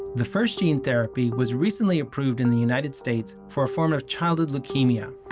the first gene therapy was recently approved in the united states for a form of childhood leukemia.